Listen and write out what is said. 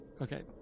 Okay